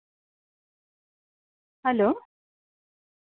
hello